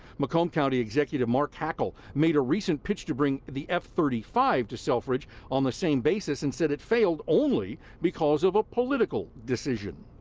macomb county executive mark hackel made a recent pitch to bring the f thirty five to selfridge on the same basis and said it failed only because of a political decision.